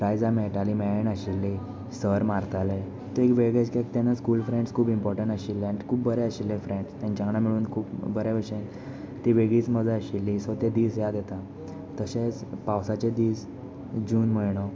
प्रायजां मेयटाली मेळनाशिल्लीं सर मारताले तो एक वेगळोच अणभव स्कूल फ्रेंड्स खूब इमपोटंट आशिल्ले आनी खूब बरे आशिल्ले फ्रेंड्स तांच्या वांगडा मेळून खूब बरे भशेन ती वेगळीच मजा आशिल्ली सो ते दीस येता तशेंच पावसाचे दीस जून म्हयनो